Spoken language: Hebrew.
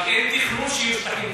אבל אין תכנון של שטחים ציבוריים.